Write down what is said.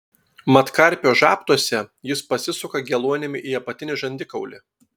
mat karpio žabtuose jis pasisuka geluonimi į apatinį žandikaulį